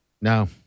No